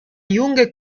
junge